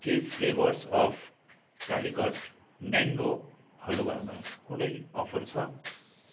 के flavours of Calicut mango हलुवामा कुनै अफर छ